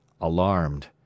alarmed